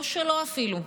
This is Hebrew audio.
לא שלו אפילו,